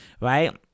right